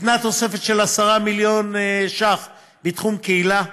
ניתנה תוספת של 10 מיליון ש"ח בתחום קהילה.